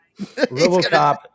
Robocop